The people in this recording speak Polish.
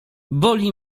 boli